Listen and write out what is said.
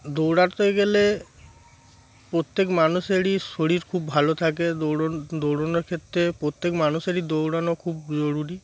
দৌড়াতে গেলে প্রত্যেক মানুষেরই শরীর খুব ভালো থাকে দৌড়ন দৌড়নোর ক্ষেত্রে প্রত্যেক মানুষেরই দৌড়ানো খুব জরুরি